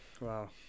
Wow